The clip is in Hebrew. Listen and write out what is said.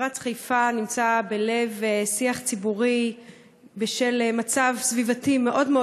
מפרץ חיפה נמצא בלב שיח ציבורי בשל מצב סביבתי מאוד מאוד